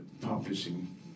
publishing